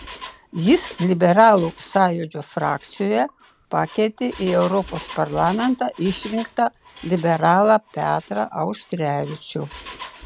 jis liberalų sąjūdžio frakcijoje pakeitė į europos parlamentą išrinktą liberalą petrą auštrevičių